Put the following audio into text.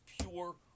pure